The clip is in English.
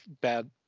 bad